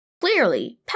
Clearly